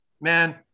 man